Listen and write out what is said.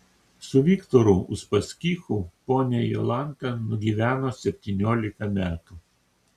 su viktoru uspaskichu ponia jolanta nugyveno septyniolika metų